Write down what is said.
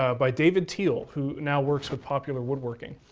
ah by david teal, who now works with popular woodworking,